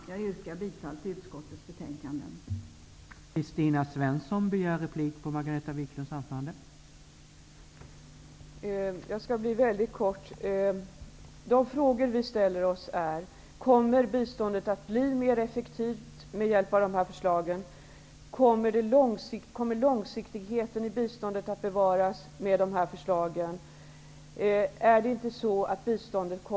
Jag yrkar bifall till utskottets hemställan i betänkandet.